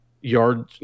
yard